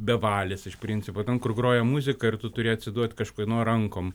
bevalis iš principo ten kur groja muzika ir tu turi atsiduot kažkieno rankom